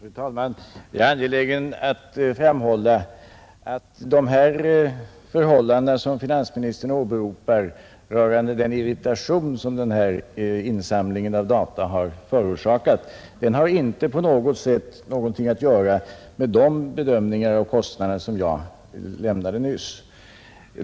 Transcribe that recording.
Fru talman! Jag är angelägen att framhålla att de förhållanden som finansministern åberopar rörande den irritation som insamlingen av data har förorsakat inte på något sätt har att göra med den bedömning av kostnaden som jag redogjorde för nyss.